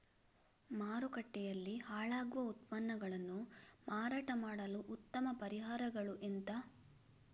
ಮಾರುಕಟ್ಟೆಯಲ್ಲಿ ಹಾಳಾಗುವ ಉತ್ಪನ್ನಗಳನ್ನು ಮಾರಾಟ ಮಾಡಲು ಉತ್ತಮ ಪರಿಹಾರಗಳು ಎಂತ?